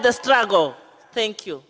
the struggle thank you